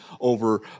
over